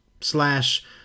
slash